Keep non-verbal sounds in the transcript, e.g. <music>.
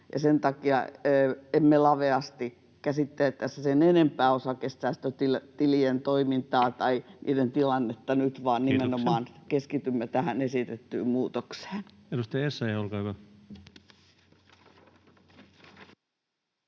Sen takia emme laveasti käsittele tässä sen enempää osakesäästötilien toimintaa tai <noise> niiden tilannetta nyt, [Puhemies: Kiitoksia!] vaan nimenomaan keskitymme tähän esitettyyn muutokseen. Edustaja Essayah, olkaa hyvä.